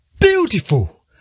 beautiful